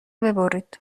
ببرید